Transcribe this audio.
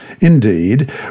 Indeed